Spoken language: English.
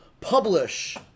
publish